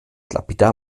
lapidar